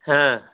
हाँ